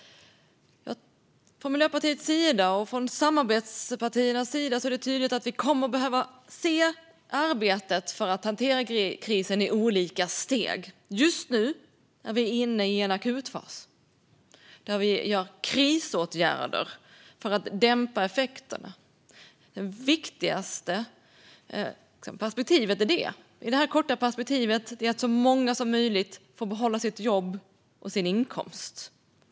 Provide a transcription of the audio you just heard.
Från Miljöpartiets och samarbetspartiernas sida är det tydligt att vi kommer att behöva se arbetet för att hantera krisen i olika steg. Just nu är vi inne i en akutfas, där vi gör krisåtgärder för att dämpa effekterna. Det viktigaste i det korta perspektivet är att så många som möjligt får behålla jobb och inkomst.